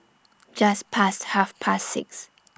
Just Past Half Past six